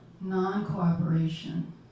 non-cooperation